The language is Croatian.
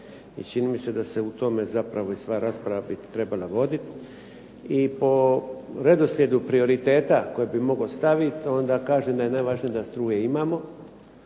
I čini mi se da se u tome zapravo i sva rasprava bi trebala voditi. I po redoslijedu prioriteta koje bi mogao staviti, onda kaže da je najvažnije da struje imamo,